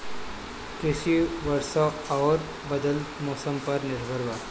कृषि वर्षा आउर बदलत मौसम पर निर्भर बा